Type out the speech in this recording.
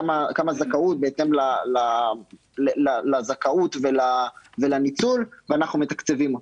כמה זכאות בהתאם לזכאות ולניצול ואנחנו מתקצבים אותם.